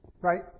right